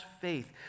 faith